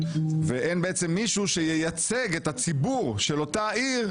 ואין מישהו שייצג את הציבור של אותה עיר.